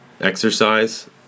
exercise